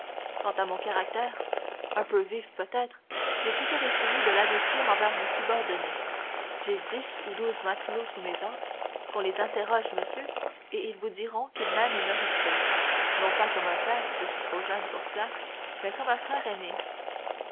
quant à mon caractère un peu vif peut-être j'ai toujours essayé de l'adoucir envers mes subordonnés j'ai dix ou douze matelots sous mes ordres qu'on les interroge monsieur et ils vous diront qu'ils m'aiment et me respectent non pas comme un père je suis trop jeune pour cela mais comme un frère aîné